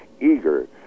eager